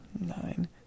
Nine